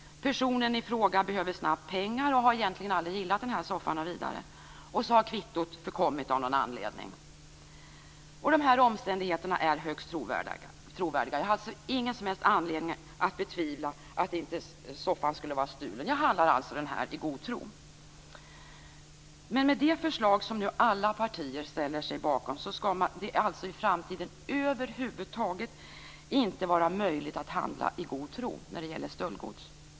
Personen i fråga behöver snabbt pengar och har egentligen aldrig gillat soffan något vidare. Och så har kvittot förkommit av någon anledning. De här omständigheterna är högst trovärdiga. Jag har alltså ingen som helst anledning att betvivla att soffan inte skulle vara stulen. Jag handlar alltså i god tro. Med det förslag som nu alla partier ställer sig bakom är det i framtiden över huvud taget inte möjligt att handla i god tro när det gäller stöldgods.